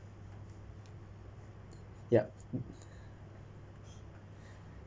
yup